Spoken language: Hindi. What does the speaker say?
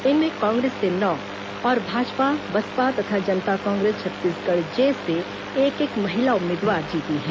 इनमें कांग्रेस से नौ और भाजपा बसपा तथा जनता कांग्रेस छत्तीसगढ़ जे एक एक महिला उम्मीदवार जीती हैं